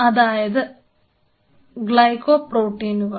അതായത് ഗ്ലൈക്കോപ്രോട്ടീനുകൻ